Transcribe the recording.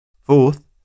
Fourth